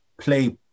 play